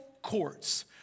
courts